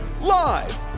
Live